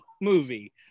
movie